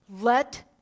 Let